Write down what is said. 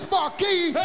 Marquis